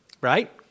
Right